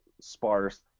sparse